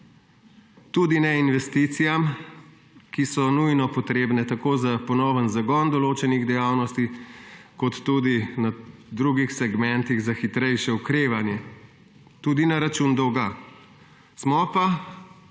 tudi ne investicijam, ki so nujno potrebne tako za ponoven zagon določenih dejavnosti kot tudi na drugih segmentih za hitrejše okrevanje, tudi na račun dolga. Smo pa